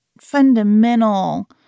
fundamental